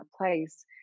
place